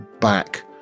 back